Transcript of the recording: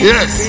Yes